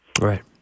Right